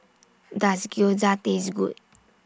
Does Gyoza Taste Good